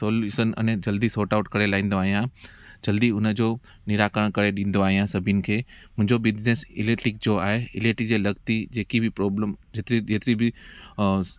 solution अने जल्दी sort out करे लाहींदो आहियां जल्दी उनजो निराकार करे ॾींदो आहियां सभिनि खे मुंहिंजो बिज़नस इलैक्ट्रिक जो आहे इलैक्ट्रिक जे लॻती जेकी बि प्रोब्लम जिते जेतिरी बि